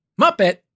Muppet